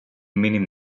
mínim